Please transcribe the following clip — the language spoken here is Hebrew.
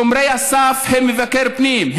שומרי הסף הם מבקר פנים,